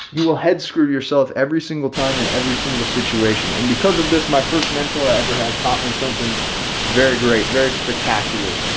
you will head screw yourself every single time in every single situation. and because of this, my first mentor i ever had taught me something very great, very spectacular.